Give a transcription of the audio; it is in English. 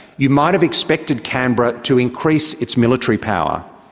you might have expected canberra to increase its military power.